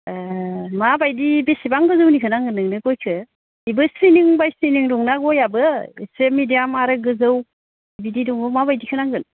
एह माबायदि बेसेबां गोजौनिखो नांगो नोंनो गयखौ बेबो सिलिं बाय सिलिं दंना गयाबो इसे मिडियाम आरो गोजौ बिदि दङ माबायदिखो नांगोन